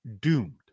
Doomed